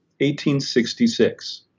1866